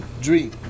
dream